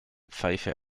pfeife